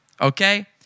okay